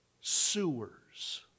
sewers